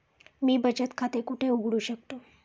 मी बचत खाते कुठे उघडू शकतो?